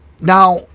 Now